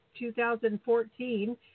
2014